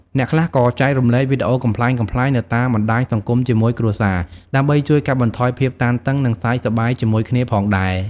អ្នកខ្លះក៏ចែករំលែកវីដេអូកំប្លែងៗនៅតាមបណ្ដាញសង្គមជាមួយគ្រួសារ ដើម្បីជួយកាត់បន្ថយភាពតានតឹង និងសើចសប្បាយជាមួយគ្នាផងដែរ។